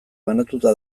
banatuta